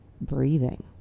breathing